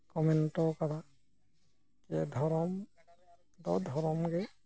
ᱠᱚ ᱢᱮᱱ ᱦᱚᱴᱚᱣᱟᱠᱟᱫᱟ ᱡᱮ ᱫᱷᱚᱨᱚᱢ ᱫᱚ ᱫᱷᱚᱨᱚᱢ ᱜᱮ